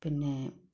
പിന്നേ